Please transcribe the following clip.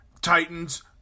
Titans